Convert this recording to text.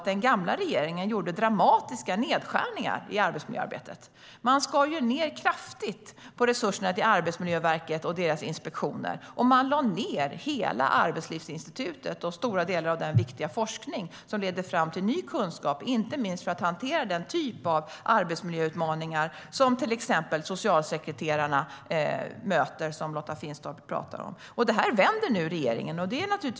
Den gamla regeringen gjorde dramatiska nedskärningar i arbetsmiljöarbetet. Man skar ned kraftigt på resurserna till Arbetsmiljöverket och deras inspektioner. Man lade också ned hela Arbetslivsinstitutet och stora delar av den viktiga forskning som leder fram till ny kunskap, inte minst för att hantera den typ av arbetsmiljöutmaningar som till exempel socialsekreterarna möter, vilket Lotta Finstorp talar om. Detta vänder nu regeringen.